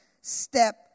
Step